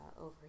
over